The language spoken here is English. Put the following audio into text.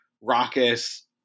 raucous